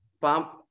pump